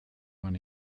man